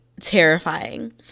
terrifying